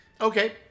Okay